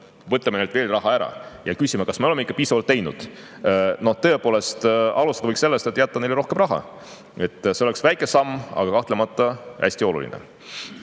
võtame neilt veel raha ära ja siis küsime, kas me oleme ikka piisavalt teinud! Tõepoolest, alustada võiks sellest, et jätta neile rohkem raha. See oleks väike, aga kahtlemata hästi oluline